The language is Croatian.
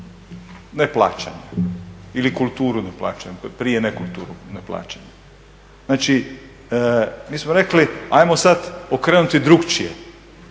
neplaćanja ili kulturu neplaćanja, prije nekulturu. Znači, mi smo rekli, ajmo sada okrenuti drugačije,